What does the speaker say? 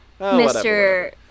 Mr